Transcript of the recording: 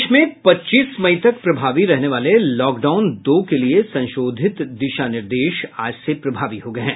प्रदेश में पच्चीस मई तक प्रभावी रहने वाले लॉकडाउन दो के लिये संशोधित दिशा निर्देश आज से प्रभावी हो गये हैं